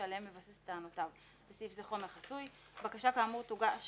שעליהם מבסס את טענותיו (בסעיף זה חומר חסוי); בקשה כאמור תוגש